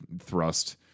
thrust